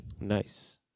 Nice